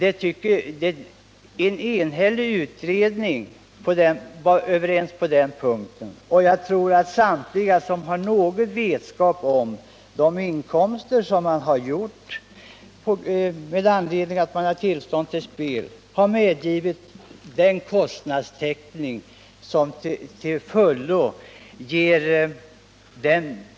En enhällig utredning var överens på den punkten, och jag tror att alla som har någon vetskap om de inkomster som man haft genom att man fått tillstånd till spel förstår att dessa har räckt till full kostnadstäckning.